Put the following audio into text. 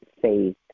faith